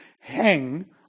hang